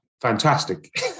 fantastic